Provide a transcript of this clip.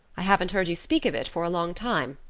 i haven't heard you speak of it for a long time.